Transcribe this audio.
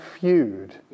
feud